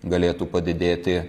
galėtų padidėti